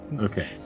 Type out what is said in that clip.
Okay